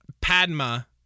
Padma